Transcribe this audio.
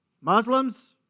Muslims